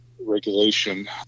regulation